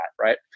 Right